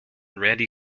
randy